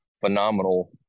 phenomenal